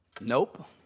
Nope